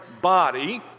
body